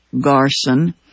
Garson